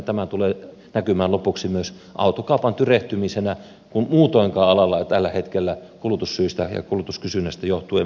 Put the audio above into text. tämä tulee näkymään lopuksi myös autokaupan tyrehtymisenä kun muutoinkaan alalla ei tällä hetkellä kulutussyistä ja kulutuskysynnästä johtuen mene hyvin